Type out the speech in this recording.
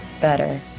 better